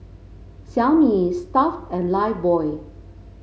Xiaomi Stuff'd and Lifebuoy